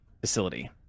facility